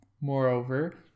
Moreover